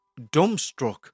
Dumbstruck